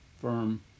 firm